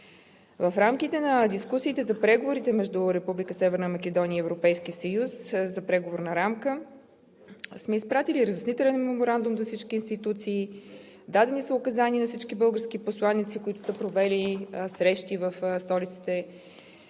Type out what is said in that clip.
В рамките на дискусиите за преговорите между Република Северна Македония и Европейския съюз за преговорна рамка сме изпратили разяснителен меморандум до всички институции, дадени са указания на всички български посланици, които са провели срещи в столиците